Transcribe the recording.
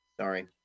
sorry